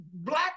black